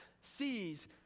sees